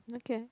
okay